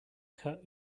cut